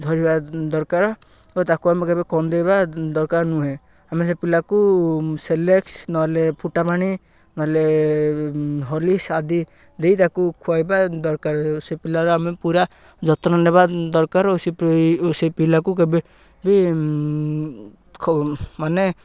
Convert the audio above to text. ଧରିବା ଦରକାର ଓ ତାକୁ ଆମେ କେବେ କନ୍ଦାଇବା ଦରକାର ନୁହେଁ ଆମେ ସେ ପିଲାକୁ ସେରେଲାକ୍ ନହେଲେ ଫୁଟା ପାଣି ନହେଲେ ହ୍ରଲିକ୍ସ ଆଦି ଦେଇ ତାକୁ ଖୁଆଇବା ଦରକାର ସେ ପିଲାର ଆମେ ପୁରା ଯତ୍ନ ନେବା ଦରକାର ଓ ସେ ପିଲାକୁ କେବେ ବି ମାନେ